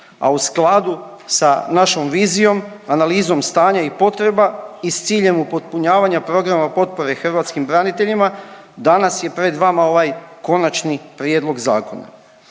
a u skladu sa našom vizijom, analizom stanja i potreba i s ciljem upotpunjavanja programa potpore hrvatskim braniteljima danas je pred vama ovaj konačni prijedlog zakona.